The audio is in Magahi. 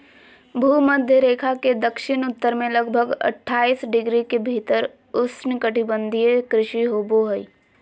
भूमध्य रेखा के दक्षिण उत्तर में लगभग अट्ठाईस डिग्री के भीतर उष्णकटिबंधीय कृषि होबो हइ